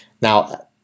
Now